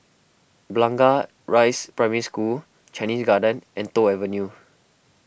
Blangah Rise Primary School Chinese Garden and Toh Avenue